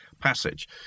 passage